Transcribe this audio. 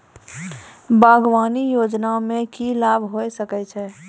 बागवानी योजना मे की लाभ होय सके छै?